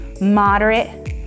moderate